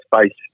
space